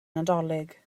nadolig